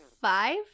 five